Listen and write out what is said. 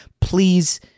please